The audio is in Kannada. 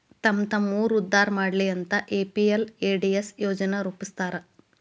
ತಮ್ಮ್ತಮ್ಮ ಊರ್ ಉದ್ದಾರಾ ಮಾಡ್ಲಿ ಅಂತ ಎಂ.ಪಿ.ಎಲ್.ಎ.ಡಿ.ಎಸ್ ಯೋಜನಾ ರೂಪ್ಸ್ಯಾರ